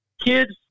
kids